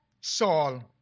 Saul